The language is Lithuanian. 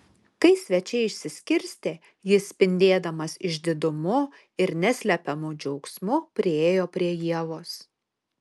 kai svečiai išsiskirstė jis spindėdamas išdidumu ir neslepiamu džiaugsmu priėjo prie ievos